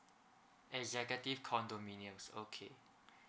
executive condominiums okay